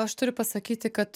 aš turiu pasakyti kad